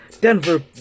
Denver